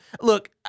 look